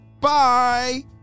Bye